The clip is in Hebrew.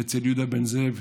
אצל יהודה בן זאב,